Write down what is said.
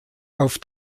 auf